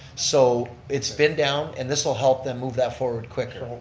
so it's been down and this will help them move that forward quicker.